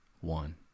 one